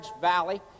valley